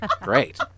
great